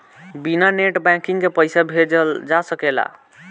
बिना net banking के पईसा भेज सकल जाला?